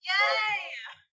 Yay